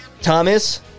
Thomas